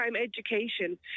education